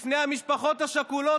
בפני המשפחות השכולות,